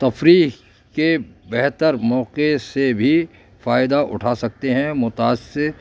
تفریح کے بہتر موقعے سے بھی فائدہ اٹھا سکتے ہیں متاثر